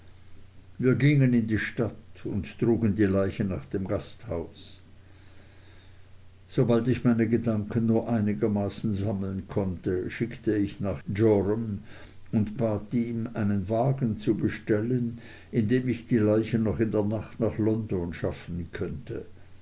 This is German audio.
wir gingen in die stadt und trugen die leiche nach dem gasthaus sobald ich meine gedanken nur einigermaßen sammeln konnte schickte ich nach joram und bat ihn einen wagen zu bestellen in dem ich die leiche noch in der nacht nach london schaffen könnte